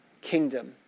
kingdom